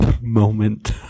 moment